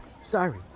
Sorry